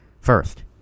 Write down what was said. First